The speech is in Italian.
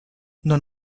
non